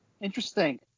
Interesting